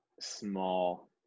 small